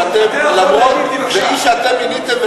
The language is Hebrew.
זה איש שאתם מיניתם,